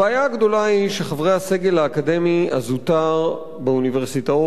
הבעיה הגדולה היא שחברי הסגל האקדמי הזוטר באוניברסיטאות